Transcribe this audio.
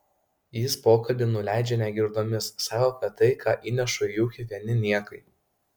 jis pokalbį nuleidžia negirdomis sako kad tai ką įnešu į ūkį vieni niekai